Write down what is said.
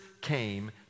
came